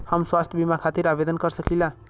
हम स्वास्थ्य बीमा खातिर आवेदन कर सकीला?